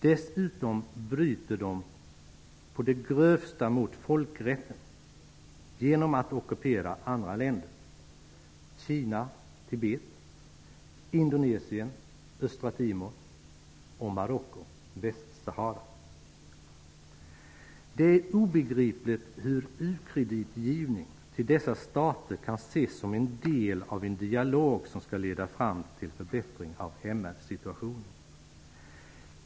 Dessutom bryter de på det grövsta mot folkrätten genom att ockupera andra länder -- Kinas ockupation av Tibet, Indonesiens ockupation av Det är obegripligt hur u-kreditgivning till dessa stater kan ses som en del av en dialog som skall leda fram till en förbättring av MR-situationen.